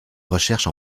recherches